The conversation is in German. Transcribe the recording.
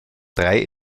drei